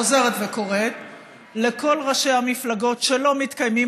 חוזרת וקוראת לכל ראשי המפלגות שלא מתקיימים